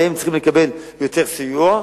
ואלה צריכות לקבל יותר סיוע,